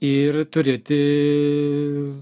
ir turėti